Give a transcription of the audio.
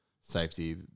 safety